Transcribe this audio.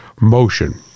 motion